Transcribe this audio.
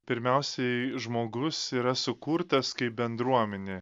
pirmiausiai žmogus yra sukurtas kaip bendruomenė